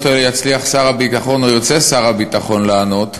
האלה יצליח שר הביטחון או ירצה שר הביטחון לענות,